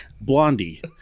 blondie